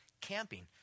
camping